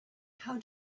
how